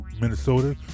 Minnesota